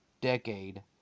decade